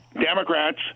Democrats